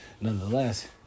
Nonetheless